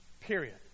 Period